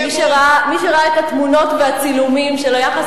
למי שראה את התמונות והצילומים של היחס